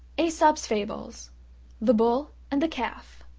aesop's fables the bull and the calf